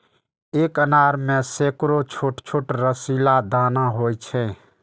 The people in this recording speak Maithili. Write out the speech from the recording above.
एक अनार मे सैकड़ो छोट छोट रसीला दाना होइ छै